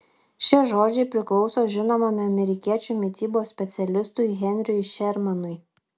šie žodžiai priklauso žinomam amerikiečių mitybos specialistui henriui šermanui